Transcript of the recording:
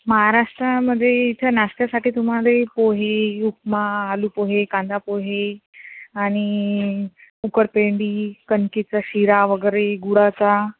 महाराष्ट्रमध्ये इथं नाश्त्यासाठी तुम्हाला पोहे उपमा आलूपोहे कांदापोहे आणि उकडपेंडी कणकेचा शिरा वगैरे गुळाचा